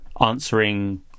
answering